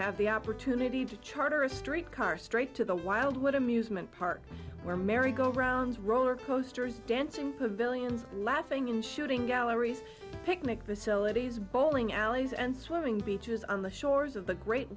have the opportunity to charter a street car straight to the wildwood amusement park where merry go rounds roller coasters dancing pavilions laughing in shooting galleries picnic facilities bowling alleys and swimming beaches on the shores of the great